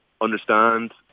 understand